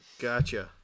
Gotcha